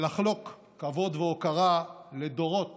ולחלוק כבוד והוקרה לדורות